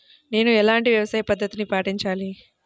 నేను ఎలాంటి వ్యవసాయ పద్ధతిని పాటించాలి?